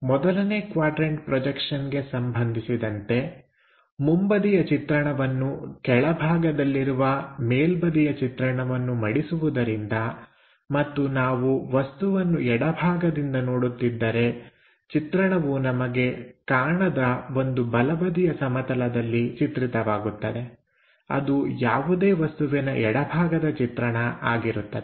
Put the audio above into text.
ಮೊದಲನೇ ಕ್ವಾಡ್ರನ್ಟ ಪ್ರೊಜೆಕ್ಷನ್ಗೆ ಸಂಬಂಧಿಸಿದಂತೆ ಮುಂಬದಿಯ ಚಿತ್ರಣವನ್ನು ಕೆಳಭಾಗದಲ್ಲಿರುವ ಮೇಲ್ಬದಿಯ ಚಿತ್ರಣವನ್ನು ಮಡಿಸುವುದರಿಂದ ಮತ್ತು ನಾವು ವಸ್ತುವನ್ನು ಎಡಭಾಗದಿಂದ ನೋಡುತ್ತಿದ್ದರೆ ಚಿತ್ರಣವು ನಮಗೆ ಕಾಣದ ಒಂದು ಬಲಬದಿಯ ಸಮತಲದಲ್ಲಿ ಚಿತ್ರವಾಗುತ್ತದೆ ಅದು ಯಾವುದೇ ವಸ್ತುವಿನ ಎಡಭಾಗದ ಚಿತ್ರಣ ಆಗಿರುತ್ತದೆ